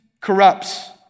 corrupts